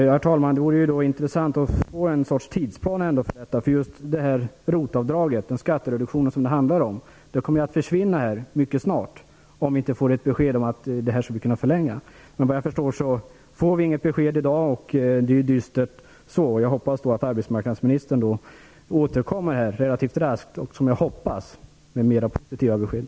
Herr talman! Det vore intressant att få ett slags tidsplan för detta. ROT-avdraget, den skattereduktion som det handlar om, kommer att försvinna mycket snart, om inte beskedet om att giltighetstiden skulle kunna förlängas. Såvitt jag förstår får vi inget besked i dag och det är dystert. Men jag hoppas att arbetsmarknadsministern återkommer relativt snart med, som jag hoppas, mer positiva besked.